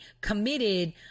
committed